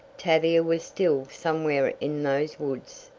tavia was still somewhere in those woods,